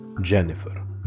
Jennifer